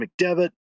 mcdevitt